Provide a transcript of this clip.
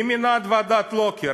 מי מינה את ועדת לוקר?